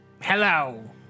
Hello